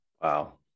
wow